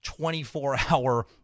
24-hour